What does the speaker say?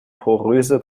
poröse